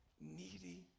needy